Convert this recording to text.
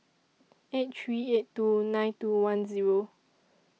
eight three eight two nine two one Zero